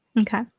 okay